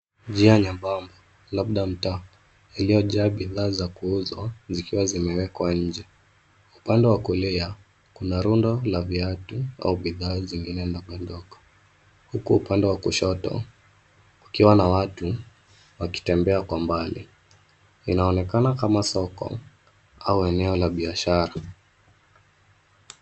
Njia nyembamba, labda mtaa, iliyojaa bidhaa za kuuzwa zikiwa zimewekwa nje. Upande wa kulia, kuna rundo la viatu au bidhaa zingine ndogo ndogo, huku upande wa kushoto kukiwa na watu wakitembea kwa mbali. Inaonekana kama soko au eneo la biashara.